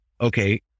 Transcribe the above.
okay